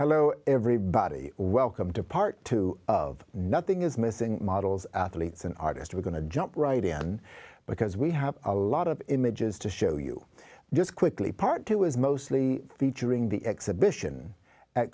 hello everybody welcome to part two of nothing is missing models it's an artist we're going to jump right in because we have a lot of images to show you just quickly part two is mostly featuring the exhibition at